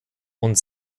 und